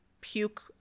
puke